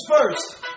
first